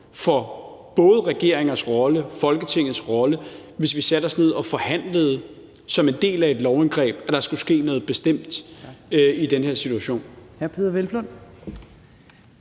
for både regeringers og Folketingets rolle, hvis vi satte os ned og forhandlede som en del af et lovindgreb, at der skulle ske noget bestemt i den her situation.